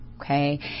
okay